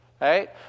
right